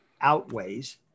outweighs